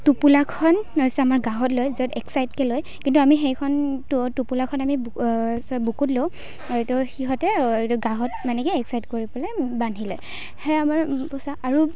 টোপোলাখন হৈছে আমাৰ গাহত লৈ এক চাইডকৈ কিন্তু আমি সেইখন ট টোপোলাখন আমি বুকুত লওঁ আৰু এইটো সিহঁতে গাহত মানে কি এক চাইড কৰি পেলাই বান্ধি লয় সেইয়াই আমাৰ পোচাক আৰু